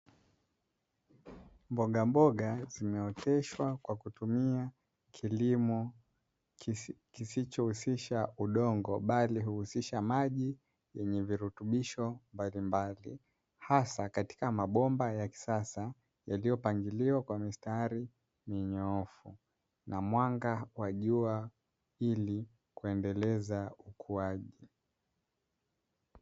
Mbogamboga zimeoteshwa kwa kutumia kilimo kisichohusisha udongo bali huhusisha maji yenye virutubisho mbalimbali, hasa katika mabomba ya kisasa yaliyopangiliwa kwa mistari minyoofu na mwanga wa jua ili kuendeleza ukuaji.